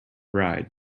ride